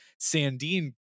Sandine